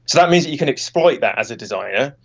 so that means that you can exploit that as a desire,